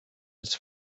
its